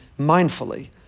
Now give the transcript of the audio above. mindfully